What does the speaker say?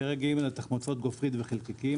פרק ג': תחמוצות גופרית (SOx - Sulphur Oxides) וחלקיקים.